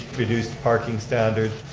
reduced parking standard,